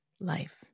life